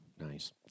Nice